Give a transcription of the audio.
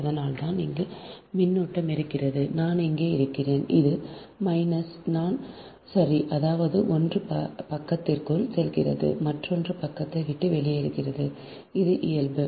அதனால்தான் இங்கு மின்னோட்டம் இருக்கிறது நான் இங்கே இருக்கிறேன் அது மைனஸ் நான் சரி அதாவது ஒன்று பக்கத்திற்குள் செல்கிறது மற்றொன்று பக்கத்தை விட்டு வெளியேறுகிறது இது இயல்பு